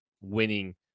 winning